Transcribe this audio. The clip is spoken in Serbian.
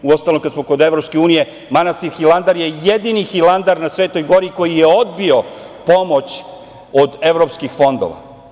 Uostalom, kada smo kod EU, manastir Hilandar je jedini manastir na Svetoj gori koji je odbio pomoć od evropskih fondova.